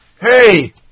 hey